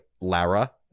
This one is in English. Lara